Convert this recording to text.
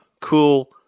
Cool